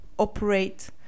Operate